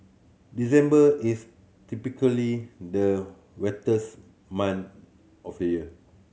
December is typically the wettest month of the year